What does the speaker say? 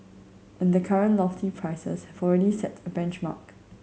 and the current lofty prices have already set a benchmark